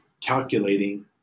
calculating